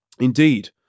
Indeed